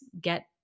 get